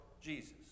Jesus